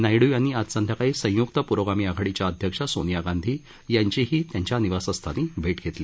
नायडू यांनी आज संध्याकाळी संयुक्त प्रोगामी आघाडीच्या अध्यक्ष सोनिया गांधी यांची त्यांच्या निवासस्थानी भेट घेतली